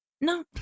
No